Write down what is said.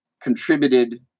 contributed